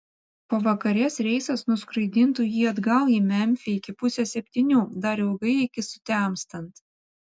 pavakarės reisas nuskraidintų jį atgal į memfį iki pusės septynių dar ilgai iki sutemstant